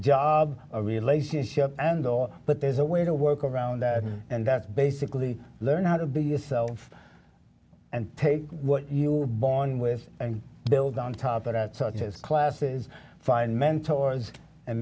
job or relationship and all but there's a way to work around that and that's basically learn how to be yourself and take what you were born with and build on top of that so it's just classes find mentors and